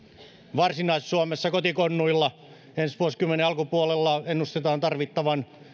varsinais suomessa kotikonnuilla ensi vuosikymmenen alkupuolella ennustetaan tarvittavan